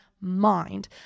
mind